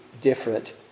different